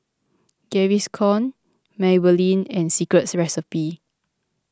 Gaviscon Maybelline and Secret Recipe